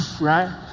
right